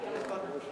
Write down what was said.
כדאי למהר ולסיים